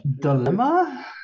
Dilemma